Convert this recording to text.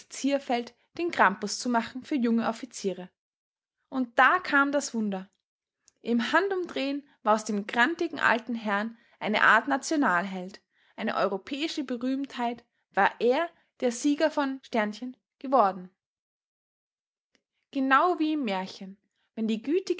exerzierfeld den krampus zu machen für junge offiziere und da kam das wunder im handumdrehen war aus dem grantigen alten herrn eine art nationalheld eine europäische berühmtheit war er der sieger von geworden genau wie im märchen wenn die